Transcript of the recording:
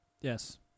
Yes